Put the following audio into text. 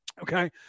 Okay